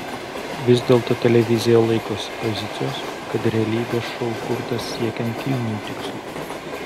vis dėlto televizija laikosi pozicijos kad realybės šou kurtas siekiant kilnių tikslų